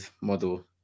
model